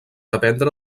aprendre